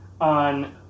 on